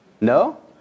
No